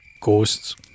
Ghosts